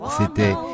c'était